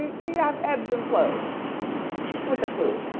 you yeah have ebbs and flows with the food.